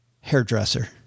hairdresser